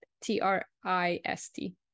t-r-i-s-t